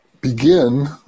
begin